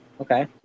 Okay